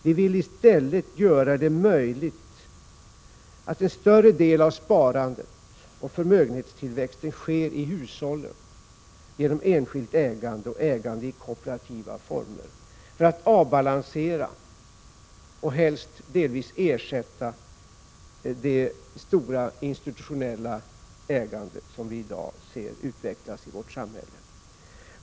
Vi vill i stället att en större del av sparandet och förmögenhetstillväxten sker i hushållen, genom enskilt ägande och ägande i kooperativa former, för att avbalansera och helst delvis ersätta det stora institutionella ägande som vi i dag ser utvecklas i vårt samhälle.